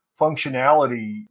functionality